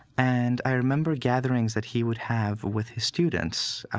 and i remember gatherings that he would have with his students,